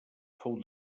fou